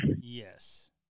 yes